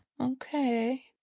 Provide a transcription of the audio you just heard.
okay